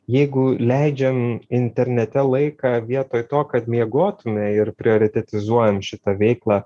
jeigu leidžiam internete laiką vietoj to kad miegotume ir prioritetizuojam šitą veiklą